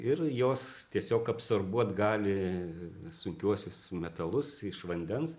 ir jos tiesiog absorbuot gali sunkiuosius metalus iš vandens